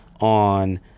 on